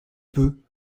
peu